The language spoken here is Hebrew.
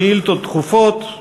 שאילתות דחופות.